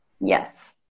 Yes